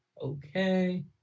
Okay